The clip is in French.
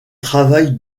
travail